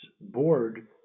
board